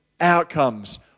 outcomes